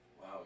Wow